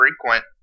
frequent